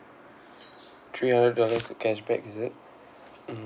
three hundred dollars of cashback is it mmhmm